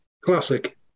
Classic